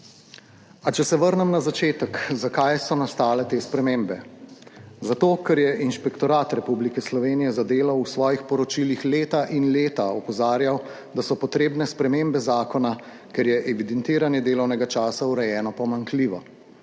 A če se vrnem na začetek, zakaj so nastale te spremembe. Zato, ker je Inšpektorat Republike Slovenije za delo v svojih poročilih leta in leta opozarjal, da so potrebne spremembe zakona, ker je evidentiranje delovnega časa urejeno pomanjkljivo.